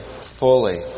fully